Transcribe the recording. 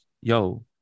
yo